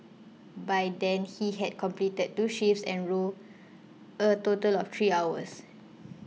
by then he had completed two shifts and rowed a total of three hours